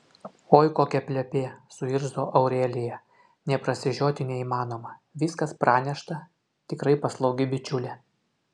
oi kokia plepė suirzo aurelija nė prasižioti neįmanoma viskas pranešta tikrai paslaugi bičiulė